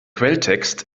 quelltext